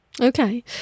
Okay